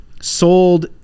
sold